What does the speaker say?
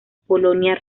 polonia